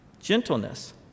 gentleness